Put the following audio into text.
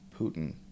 Putin